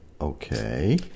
Okay